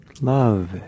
love